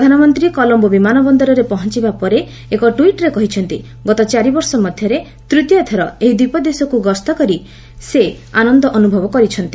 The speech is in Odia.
ପ୍ରଧାନମନ୍ତ୍ରୀ କଲମ୍ଘୋ ବିମାନ ବନ୍ଦରରେ ପହଞ୍ଚବା ପରେ ଏକ ଟ୍ୱିଟ୍ରେ କହିଛନ୍ତି ଗତ ଚାରିବର୍ଷ ମଧ୍ୟରେ ତୃତୀୟ ଥର ଏହି ଦ୍ୱୀପ ଦେଶକୁ ଗସ୍ତରେ ଆସି ସେ ଆନନ୍ଦ ଅନୁଭବ କରୁଛନ୍ତି